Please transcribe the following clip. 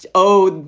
oh,